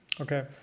Okay